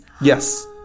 Yes